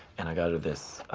and i got her this, ah,